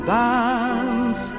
dance